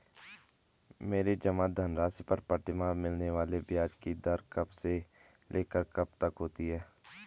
मेरे जमा धन राशि पर प्रतिमाह मिलने वाले ब्याज की दर कब से लेकर कब तक होती है?